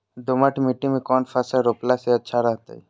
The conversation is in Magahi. दोमट मिट्टी में कौन फसल रोपला से अच्छा रहतय?